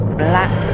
black